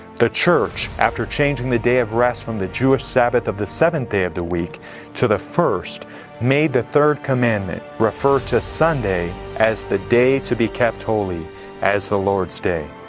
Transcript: the church, after changing the day of rest from the jewish sabbath of the seventh day of the week to the first made the third commandment refer to sunday as the day to be kept holy as the lord's day.